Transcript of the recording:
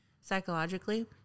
psychologically